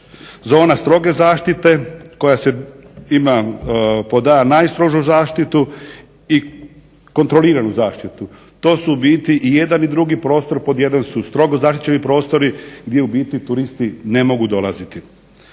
zona stroge zaštite koja ima pod a) najstrožu zaštitu i kontroliranu zaštitu. To su u biti i jedan i drugi prostor pod jedan su strogo zaštićeni prostori gdje u biti turisti ne mogu dolaziti.